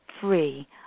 free